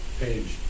page